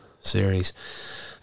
series